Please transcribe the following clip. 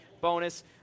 bonus